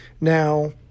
Now